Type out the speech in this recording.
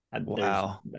Wow